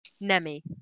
Nemi